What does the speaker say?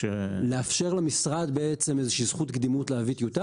לאפשר למשרד בעצם איזושהי זכות קדימות להביא טיוטה